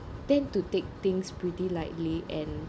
tend to take things pretty lightly and